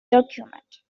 document